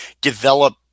develop